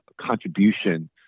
contribution